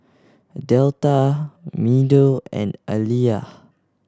Delta Meadow and Aleah